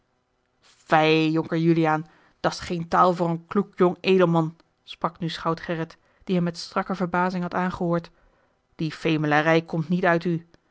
fij jonker juliaan dat's geen taal voor een kloek jong edelman sprak nu schout gerrit die hem met strakke verbazing had aangehoord die femelarij komt niet uit u